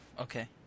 okay